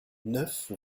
neuf